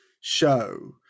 show